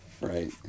Right